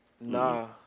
Nah